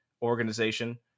Organization